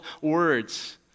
words